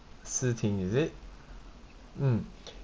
si ting is it mm